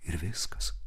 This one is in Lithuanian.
ir viskas